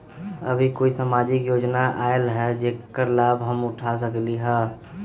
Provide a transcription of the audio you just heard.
अभी कोई सामाजिक योजना आयल है जेकर लाभ हम उठा सकली ह?